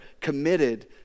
committed